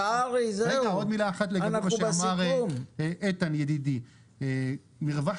עוד מילה אחת לגבי מה שאמר איתן ידידי, שהוא